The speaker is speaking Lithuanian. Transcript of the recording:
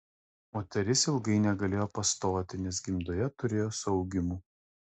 moteris ilgai negalėjo pastoti nes gimdoje turėjo suaugimų